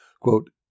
Quote